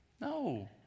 No